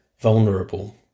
vulnerable